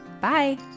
Bye